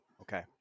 Okay